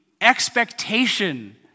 expectation